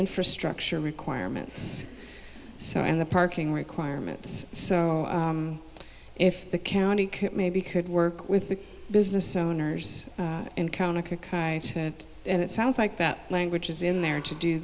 infrastructure requirements so and the parking requirements so if the county maybe could work with the business owners encounter it and it sounds like that language is in there to do